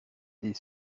des